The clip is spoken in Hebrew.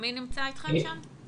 מי שצריך ללחוץ